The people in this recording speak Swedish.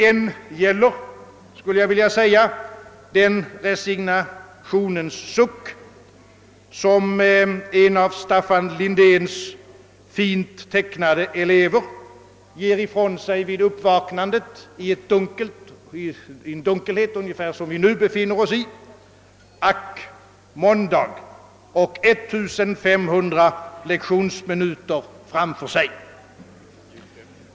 Ännu gäller, skulle jag vilja säga, den resignationens suck som en av Staffan Lindéns fint tecknade elever ger ifrån sig vid uppvaknandet i en dunkelhet ungefär som den vi nu befinner oss i här i kammaren: »Ack, måndag — och 1500 lektionsminuter framför sig.» Herr talman!